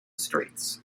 streets